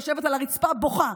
יושבת על הרצפה ובוכה.